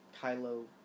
Kylo